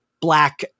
black